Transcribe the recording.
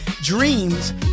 dreams